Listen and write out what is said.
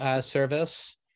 service